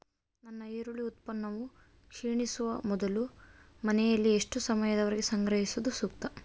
ನನ್ನ ಈರುಳ್ಳಿ ಉತ್ಪನ್ನವು ಕ್ಷೇಣಿಸುವ ಮೊದಲು ಮನೆಯಲ್ಲಿ ಎಷ್ಟು ಸಮಯದವರೆಗೆ ಸಂಗ್ರಹಿಸುವುದು ಸೂಕ್ತ?